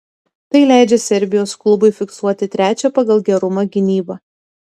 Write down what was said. tai leidžia serbijos klubui fiksuoti trečią pagal gerumą gynybą